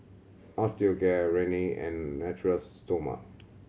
Osteocare Rene and Natura Stoma